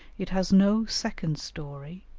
it has no second story,